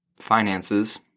Finances